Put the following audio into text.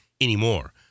anymore